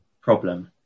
problem